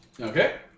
Okay